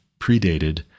predated